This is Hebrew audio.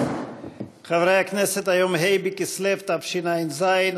היום ה' בכסלו תשע"ז,